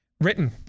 written